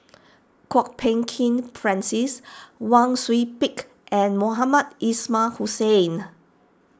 Kwok Peng Kin Francis Wang Sui Pick and Mohamed Ismail Hussain